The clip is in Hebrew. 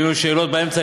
ואם יהיו שאלות באמצע,